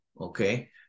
Okay